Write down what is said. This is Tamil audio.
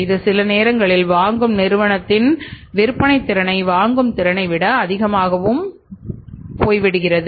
இது சில நேரங்களில் வாங்கும் நிறுவனத்தின் விற்பனை திறனை வாங்கும் திறனை விட அதிகமாக உள்ளது